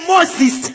Moses